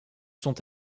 sont